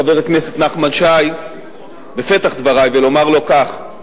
חבר הכנסת נחמן שי, בפתח דברי, ולומר לו כך: